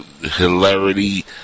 hilarity